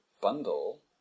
bundle